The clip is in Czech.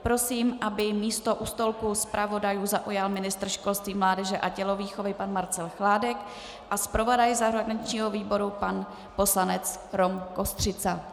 Prosím, aby místo u stolku zpravodajů zaujal ministr školství, mládeže a tělovýchovy pan Marcel Chládek a zpravodaj zahraničního výboru pan poslanec Rom Kostřica.